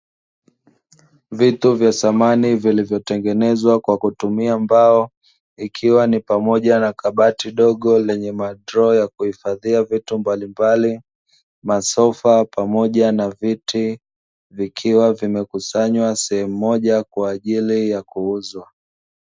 Vitu vya samani vilivyotengenezwa kwa kutumia mbao, ikiwa ni pamoja na kabati ndogo yenye madroo ya kuhifadhia vitu mbalimbali, masofa pamoja na viti; vikiwa vimekusanywa sehemu moja kwa ajili ya kuuzwa.